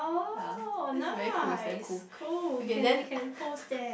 ya that is very cool is damn cool okay then